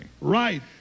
Right